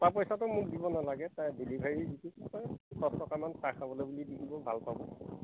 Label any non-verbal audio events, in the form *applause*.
পা পইচাটো মোক দিব নালাগে *unintelligible* ভাল পাব